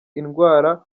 indwara